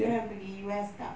kau nak pergi U_S ke tak